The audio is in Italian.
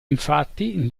infatti